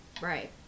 right